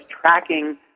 tracking